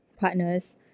partners